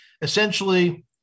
essentially